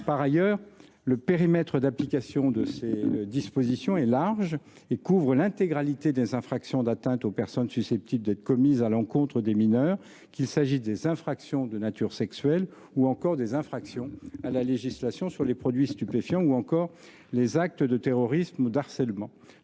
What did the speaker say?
Par ailleurs, le large périmètre d’application de ces dispositions couvre l’intégralité des infractions d’atteinte aux personnes susceptibles d’être commises à l’encontre des mineurs, qu’il s’agisse des infractions de nature sexuelle, des infractions à la législation sur les produits stupéfiants ou encore des actes de terrorisme ou de harcèlement.